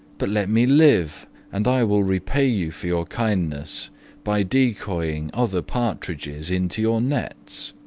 but let me live and i will repay you for your kindness by decoying other partridges into your nets.